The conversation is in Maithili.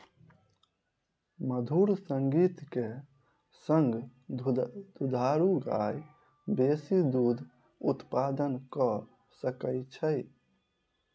मधुर संगीत के संग दुधारू गाय बेसी दूध उत्पादन कअ सकै छै